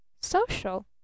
Social